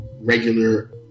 regular